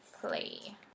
Play